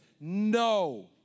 No